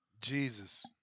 Jesus